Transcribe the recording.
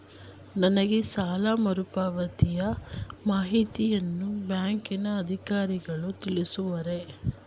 ನನಗೆ ಸಾಲ ಮರುಪಾವತಿಯ ಮಾಹಿತಿಯನ್ನು ಬ್ಯಾಂಕಿನ ಅಧಿಕಾರಿಗಳು ತಿಳಿಸುವರೇ?